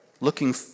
looking